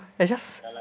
I just